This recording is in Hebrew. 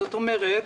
זאת אומרת,